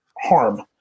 harm